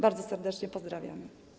Bardzo serdecznie pozdrawiam.